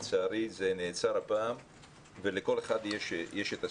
לצערי זה נעצר ולכל אחד יש את הסיבות.